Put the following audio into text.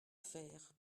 faire